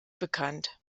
bekannt